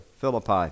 Philippi